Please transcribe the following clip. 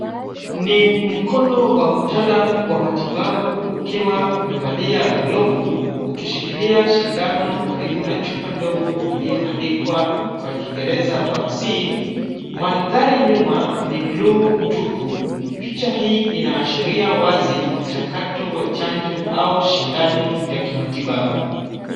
Ni mkono wa mtaalam wa matibabu ukiwa umevalia glovu ,ukishikilia sindano karibu na chupa ndogo iliyoandikwa kwa kiingereza vaccine .Mandhari nyuma ni bluu tupu. Picha hii inaashiria wazi mchakato wa chanjo au sindano ya kimatibabu.